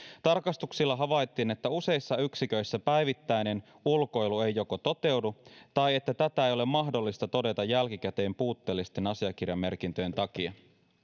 tarkastuksilla havaittiin että useissa yksiköissä päivittäinen ulkoilu ei joko toteudu tai että tätä ei ole mahdollista todeta jälkikäteen puutteellisten asiakirjamerkintöjen takia